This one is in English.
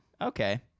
Okay